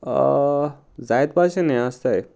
जायत भशेन हें आसताय